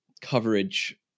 coverage